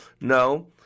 No